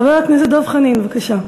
חבר הכנסת דב חנין, בבקשה.